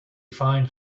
find